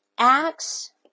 Acts